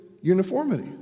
uniformity